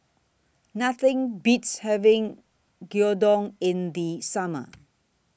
Nothing Beats having Gyudon in The Summer